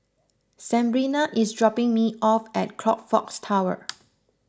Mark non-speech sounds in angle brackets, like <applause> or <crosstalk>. Sebrina is dropping me off at Crockfords Tower <noise>